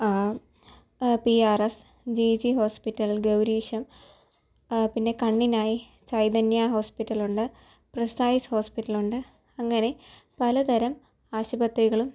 P R S G G hospital Gowreesham പിന്നെ കണ്ണിനായി ചൈതന്യ ഹോസ്പിറ്റലുണ്ട് പ്രിസൈസ് ഹോസ്പിറ്റലുണ്ട് അങ്ങനെ പലതരം ആശുപത്രികളും